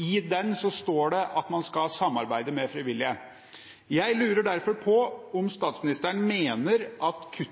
I den står det at man skal samarbeide med frivillige. Jeg lurer derfor på om statsministeren mener at